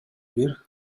бир